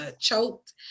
choked